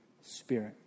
spirit